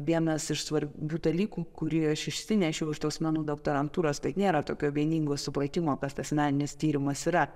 vienas iš svarbių dalykų kurį aš išsinešiau iš tos mano doktorantūros tai nėra tokio vieningo supratimo kas tas meninis tyrimas yra